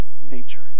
nature